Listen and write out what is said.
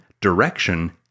direction